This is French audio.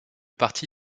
parti